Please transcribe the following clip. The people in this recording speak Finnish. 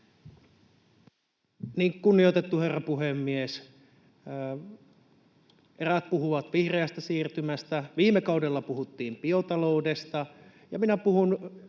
Kunnioitettu herra puhemies! Eräät puhuvat vihreästä siirtymästä, viime kaudella puhuttiin biotaloudesta, ja minä puhun